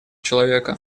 человека